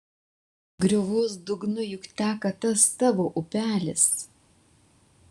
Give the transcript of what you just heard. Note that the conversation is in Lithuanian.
griovos dugnu juk teka tas tavo upelis